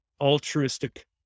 altruistic